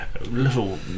little